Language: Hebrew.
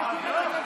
לא.